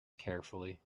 carefully